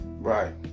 Right